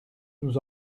nous